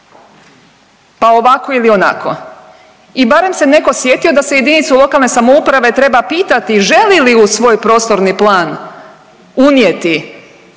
pa ovako ili onako i barem se netko sjetio da se jedinicu lokalne samouprave treba pitati želi li u svoj prostorni plan unijeti